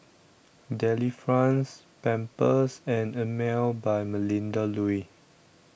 Delifrance Pampers and Emel By Melinda Looi